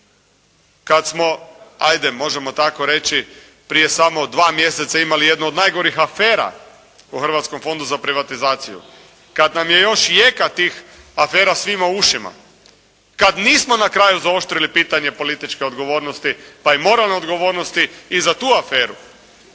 kad smo, ajde možemo tako reći, prije samo dva mjeseca imali jednu od najgorih afera u Hrvatskom fondu za privatizaciju, kad nam je još jeka tih afera svima u ušima, kad nismo na kraju zaoštrili pitanje političke odgovornosti pa i moralne odgovornosti i za tu aferu.